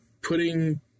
putting